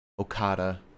okada